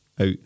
out